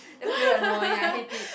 that one very annoying I hate it